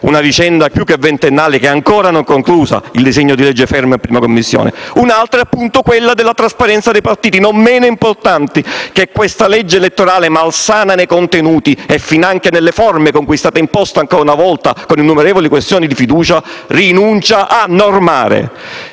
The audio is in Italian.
una vicenda più che ventennale ancora non conclusa, essendo il già citato disegno di legge fermo in 1a Commissione. Un'altro è appunto quello della trasparenza dei partiti, non meno importante, che questo disegno di legge elettorale, malsano nei contenuti e finanche nelle forme con cui è stato imposto ancora una volta con innumerevoli questioni di fiducia, rinuncia a normare.